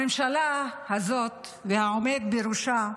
הממשלה הזאת והעומד בראשה,